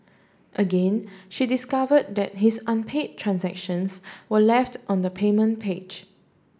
again she discover that his unpaid transactions were left on the payment page